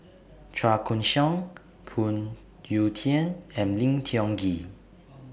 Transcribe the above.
Chua Koon Siong Phoon Yew Tien and Lim Tiong Ghee